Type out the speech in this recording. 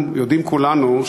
כולנו,